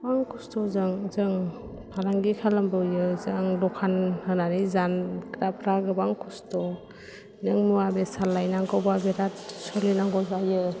गोबां खस्थ'जों जों फालांगि खालामबोयो जों दखान होनानै जानग्राफ्रा गोबां खस्थ' नों मुवा बेसाद लायनांगौबा बिराथ सोलिनांगौ जायो